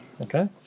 Okay